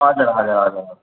हजुर हजुर हजुर